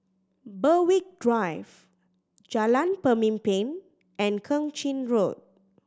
Berwick Drive Jalan Pemimpin and Keng Chin Road